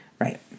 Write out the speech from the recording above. Right